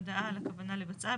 הודעה על הכוונה לבצעה,